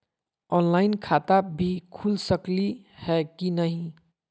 Online खाता भी खुल सकली है कि नही?